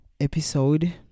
episode